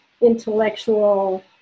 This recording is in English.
intellectual